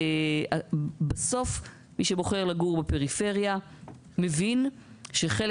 בסוף מי שבוחר לגור בפריפריה מבין שחלק